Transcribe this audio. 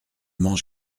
mangent